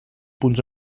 punts